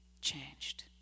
changed